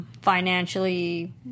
financially